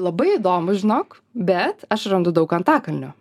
labai įdomu žinok bet aš randu daug antakalnio